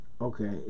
Okay